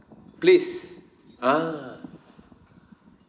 place ah